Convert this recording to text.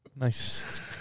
Nice